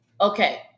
okay